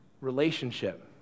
relationship